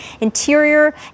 Interior